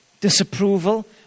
disapproval